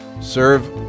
Serve